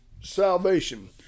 salvation